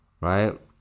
Right